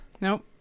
Nope